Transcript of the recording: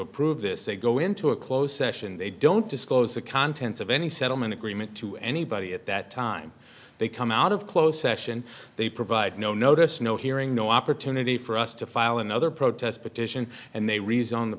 approve this they go into a closed session they don't disclose the contents of any settlement agreement to anybody at that time they come out of close session they provide no notice no hearing no opportunity for us to file another protest petition and they reside on the